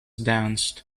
danced